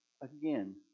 again